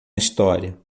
história